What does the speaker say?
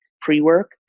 pre-work